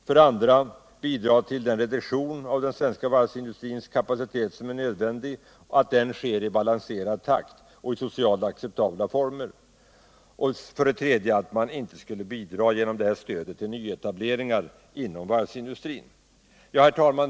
För det andra skall det bidra till att den reduktion av den svenska varvsindustrin som är nödvändig sker i balanserad takt och socialt acceptabla former. För det tredje skall man genom stödet inte bidra till nyetableringar inom varvsindustrin. Herr talman!